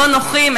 לא נוחים,